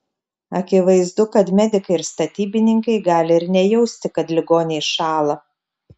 akivaizdu kad medikai ir statybininkai gali ir nejausti kad ligoniai šąla